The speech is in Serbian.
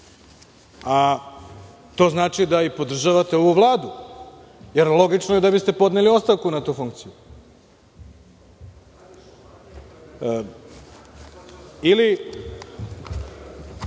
a to znači da podržavate i ovu Vladu, jer logično je da biste podneli ostavku na tu funkciju, ili